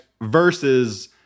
versus